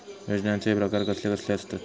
योजनांचे प्रकार कसले कसले असतत?